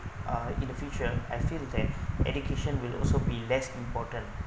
uh in the future I feel that education will also be less important